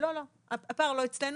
הפער לא אצלנו.